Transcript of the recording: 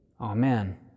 Amen